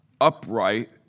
upright